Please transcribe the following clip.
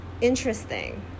interesting